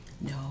No